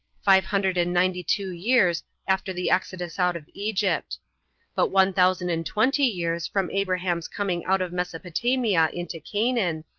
five hundred and ninety-two years after the exodus out of egypt but one thousand and twenty years from abraham's coming out of mesopotamia into canaan,